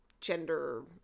gender